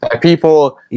People